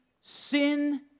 sin